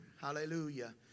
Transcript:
Hallelujah